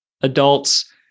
adults